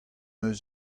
eus